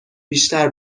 بیشتر